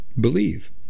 Believe